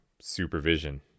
supervision